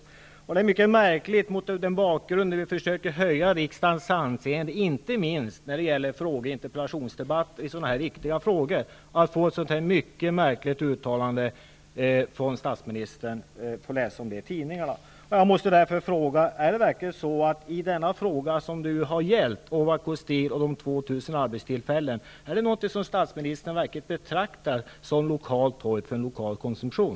Det är mycket märkligt, mot den bakgrunden att vi försöker höja riksdagens anseende, inte minst när det gäller fråge och interpellationsdebatter i sådana här viktiga frågor, att få läsa ett så märkligt uttalande från statsministern i tidningarna. arbetstillfällen, är någonting som statsministern betraktar som lokalt hojt för en lokal konsumtion?